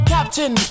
Captain